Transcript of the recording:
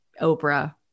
Oprah